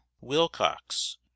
Wilcox